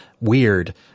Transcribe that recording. weird